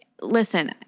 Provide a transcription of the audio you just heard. Listen